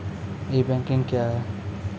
ई banking क्या हैं?